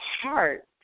heart